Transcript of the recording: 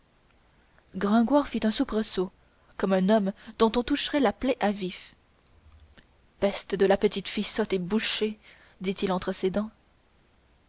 un soubresaut comme un homme dont on toucherait la plaie à vif peste de la petite fille sotte et bouchée dit-il entre ses dents